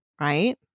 Right